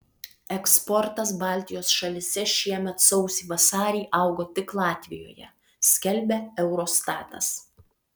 eksportas baltijos šalyse šiemet sausį vasarį augo tik latvijoje skelbia eurostatas